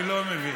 אני לא מבין.